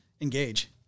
engage